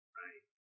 right